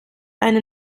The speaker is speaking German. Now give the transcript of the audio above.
eine